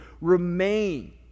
remain